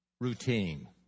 routine